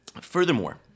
Furthermore